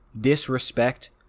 disrespect